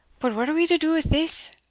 but what are we to do with this?